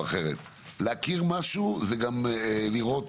שלהכיר משהו זה גם לראות